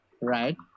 right